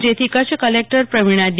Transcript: જે થી Kutch collector Pravina D